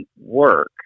work